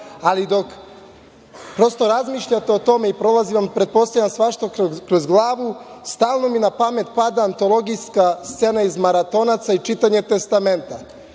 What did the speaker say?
Ali, dok razmišljate o tome i prolazi vam pretpostavljam svašta kroz glavu, stalno mi na pamet pada antologijska scena iz „Maratonaca“ i čitanje testamenta,